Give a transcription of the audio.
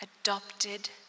adopted